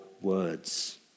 words